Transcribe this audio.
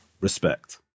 Respect